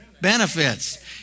benefits